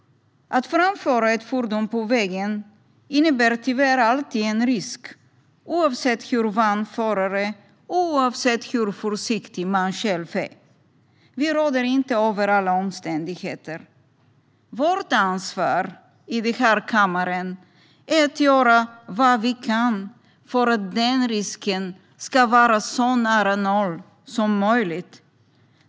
Att framföra ett fordon på väg innebär tyvärr alltid en risk, oavsett hur van föraren är och hur försiktig man själv är. Vi råder inte över alla omständigheter. Vårt ansvar i den här kammaren är att göra vad vi kan för att den risken ska vara så nära noll som möjligt.